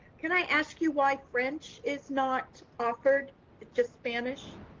can i ask you why french is not offered just spanish?